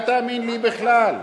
אל תאמין לי בכלל.